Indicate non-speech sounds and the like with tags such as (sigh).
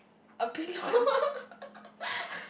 a pillow (laughs)